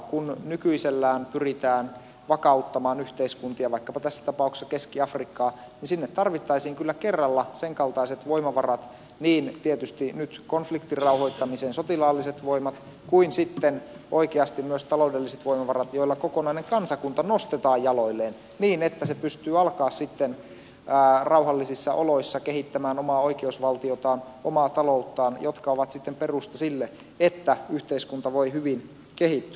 kun nykyisellään pyritään vakauttamaan yhteiskuntia vaikkapa tässä tapauksessa keski afrikkaa niin sinne tarvittaisiin kyllä kerralla senkaltaiset voimavarat niin tietysti konfliktin rauhoittamiseen sotilaalliset voimat kuin sitten oikeasti myös taloudelliset voimavarat joilla kokonainen kansakunta nostetaan jaloilleen niin että se pystyy sitten rauhallisissa oloissa alkaa kehittämään omaa oikeusvaltiotaan omaa talouttaan jotka ovat sitten perusta sille että yhteiskunta voi hyvin kehittyä